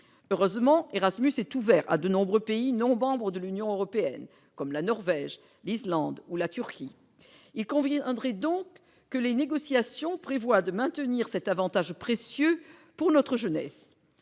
Heureusement, Erasmus est ouvert à de nombreux pays non membres de l'Union européenne, comme la Norvège, l'Islande ou la Turquie. Il conviendrait donc que les négociations prévoient le maintien de cet avantage précieux pour notre jeunesse.